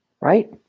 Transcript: Right